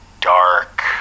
dark